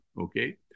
okay